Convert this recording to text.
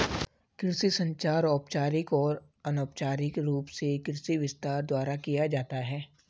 कृषि संचार औपचारिक और अनौपचारिक रूप से कृषि विस्तार द्वारा किया जाता है